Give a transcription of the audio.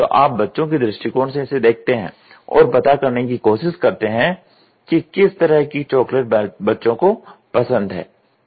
तो आप बच्चों के दृष्टिकोण से इसे देखते हैं और पता करने की कोशिश करते हैं कि किस तरह की चॉकलेट बच्चों को पसंद है